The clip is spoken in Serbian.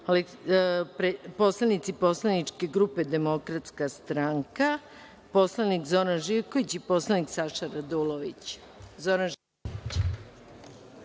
poslanici poslaničke grupe Demokratska stranka, poslanik Zoran Živković i poslanik Saša Radulović. Zoran